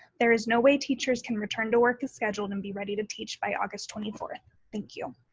there is no way teachers can return to work as scheduled and be ready to teach by august twenty fourth, thank you.